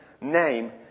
name